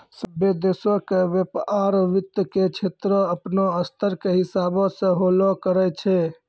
सभ्भे देशो के व्यपार वित्त के क्षेत्रो अपनो स्तर के हिसाबो से होलो करै छै